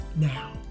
now